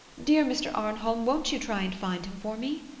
dear mr. arnholm, won't you try and find him for me?